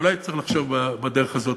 אולי צריך לחשוב בדרך הזאת.